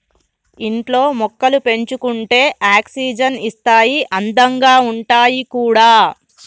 ఇంట్లో మొక్కలు పెంచుకుంటే ఆక్సిజన్ ఇస్తాయి అందంగా ఉంటాయి కూడా